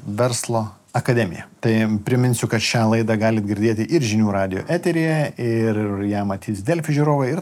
verslo akademija tai priminsiu kad šią laidą galit girdėti ir žinių radijo eteryje ir ją matys delfi žiūrovai ir